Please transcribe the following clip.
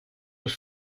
los